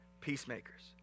peacemakers